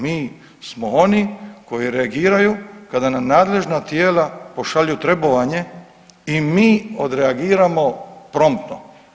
Mi smo oni koji reagiraju kada nam nadležna tijela pošalju trebovanje i mi odreagiramo promptno.